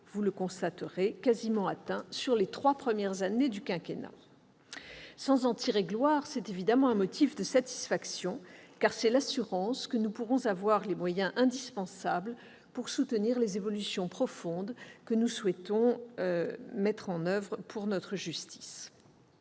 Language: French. sera donc quasiment atteint sur les trois premières années. Sans en tirer gloire, c'est évidemment un motif de satisfaction, car c'est l'assurance que nous pourrons avoir les moyens indispensables pour soutenir les évolutions profondes que nous souhaitons mettre en oeuvre en faveur de la justice.